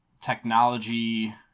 technology